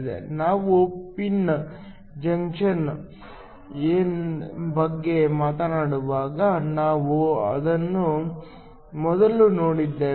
ನಾವು P N ಜಂಕ್ಷನ್ಗಳ ಬಗ್ಗೆ ಮಾತನಾಡುವಾಗ ನಾವು ಇದನ್ನು ಮೊದಲು ನೋಡಿದ್ದೇವೆ